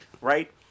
right